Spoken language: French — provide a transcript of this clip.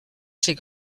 chez